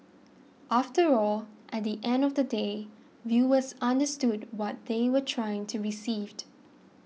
after all at the end of the day viewers understood what they were trying to received